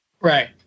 Right